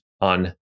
on